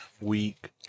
week